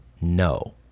No